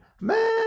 man